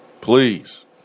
Please